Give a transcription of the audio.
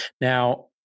Now